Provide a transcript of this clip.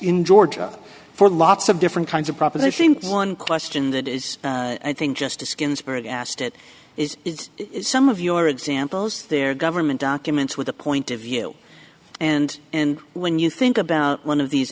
in georgia for lots of different kinds of propositions one question that is i think justice ginsburg asked it is it is some of your examples there government documents with a point of view and and when you think about one of these